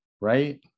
right